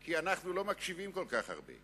כי אנחנו לא מקשיבים כל כך הרבה.